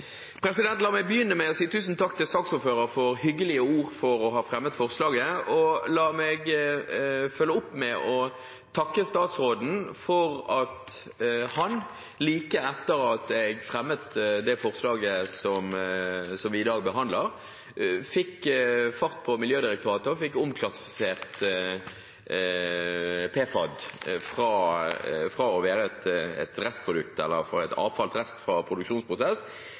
La meg begynne med å si tusen takk til saksordføreren for hyggelige ord for å ha fremmet forslaget, og la meg følge opp med å takke statsråden for at han like etter at jeg fremmet det forslaget som vi i dag behandler, fikk fart på Miljødirektoratet og fikk omklassifisert PFAD fra å